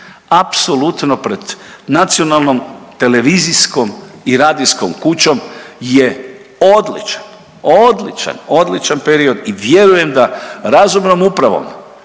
apsolutno pred nacionalnom televizijskom i radijskom kućom je odličan, odličan, odličan period i vjerujem da razumnom upravom